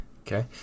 Okay